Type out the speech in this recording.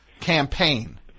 campaign